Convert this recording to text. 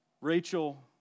Rachel